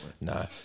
No